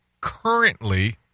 currently